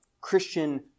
Christian